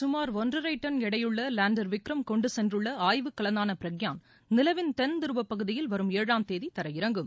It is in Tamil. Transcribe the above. சுமார் ஒன்றரை டன் எடையுள்ள வேண்டர் விக்ரம் கொண்டு சென்றுள்ள ஆய்வுக்கலனான பிரக்யான் நிலவின் தென்துருவப் பகுதியில் வரும் ஏழாம்தேதி தரையிறங்கும்